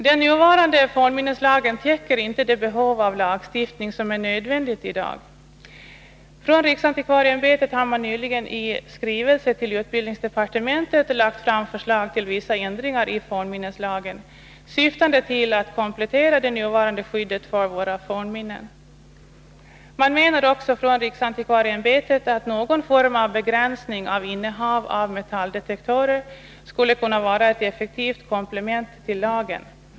Den nuvarande fornminneslagen täcker inte det behov av lagstiftning som finns i dag. Riksantikvarieämbetet har nyligen i skrivelse till utbildningsdepartementet lagt fram förslag till vissa ändringar i fornminneslagen, syftande till att komplettera det nuvarande skyddet för våra fornminnen. Man menar också från riksantikvarieämbetets sida att någon form av begränsning av innehav av metalldetektorer skulle kunna vara ett effektivt komplement till lagen.